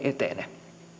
etene